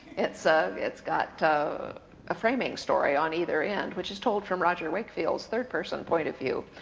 it's ah it's got a framing story on either end, which is told from roger wakefield's third person point-of-view,